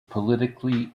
politically